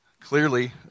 Clearly